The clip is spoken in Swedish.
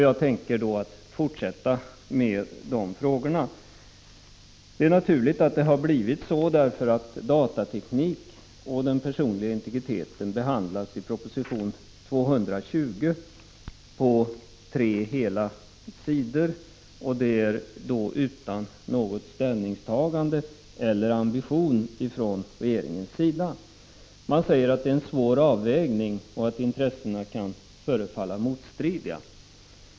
Jag tänker fortsätta med dessa frågor. Datatekniken och den personliga integriteten behandlas i proposition 1984 86:53 någon ambition ifrån regeringens sida. Man säger att det är en svår avvägning 17 december 1985 och att intressena kan förefalla motstridiga.